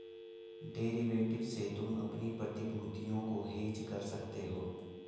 derivative से तुम अपनी प्रतिभूतियों को हेज कर सकते हो